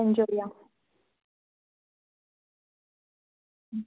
സെഞ്ച്വറിയോ